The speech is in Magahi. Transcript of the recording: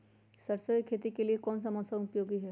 सरसो की खेती के लिए कौन सा मौसम उपयोगी है?